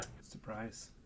surprise